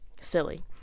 silly